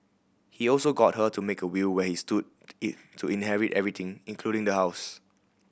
he also got her to make a will where he stood to inherit everything including the house